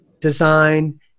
design